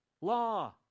Law